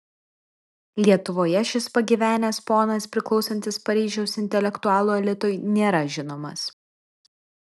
lietuvoje šis pagyvenęs ponas priklausantis paryžiaus intelektualų elitui nėra žinomas